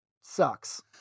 sucks